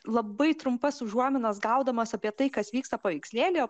labai trumpas užuominas gaudamas apie tai kas vyksta paveikslėlyje o